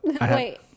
wait